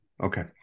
Okay